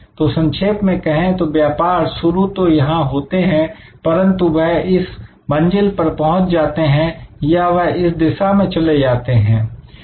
तो संक्षेप में कहें तो व्यापार शुरू तो यहां होते हैं परंतु वह इस मंजिल पर पहुंच जाते हैं या वह इस दिशा में चले जाते हैं